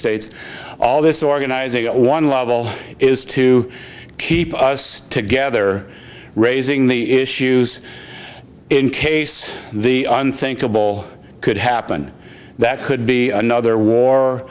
states all this organizing at one level is to keep us together raising the issues in case the unthinkable could happen that could be another war